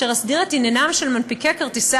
אשר הסדיר את עניינם של מנפיקי כרטיסי